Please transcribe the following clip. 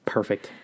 Perfect